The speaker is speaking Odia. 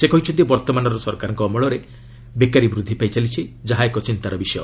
ସେ କହିଛନ୍ତି ବର୍ତ୍ତମାନର ସରକାରଙ୍କ ଅମଳରେ ବେକାରୀ ବୃଦ୍ଧି ପାଇଚାଲିଛି ଯାହା ଏକ ଚିନ୍ତାର ବିଷୟ